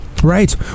Right